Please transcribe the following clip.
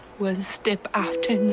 one step after and